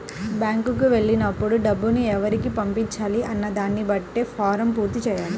బ్యేంకుకి వెళ్ళినప్పుడు డబ్బుని ఎవరికి పంపించాలి అన్న దానిని బట్టే ఫారమ్ పూర్తి చెయ్యాలి